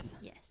yes